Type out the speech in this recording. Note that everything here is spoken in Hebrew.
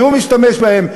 והוא משתמש בהם,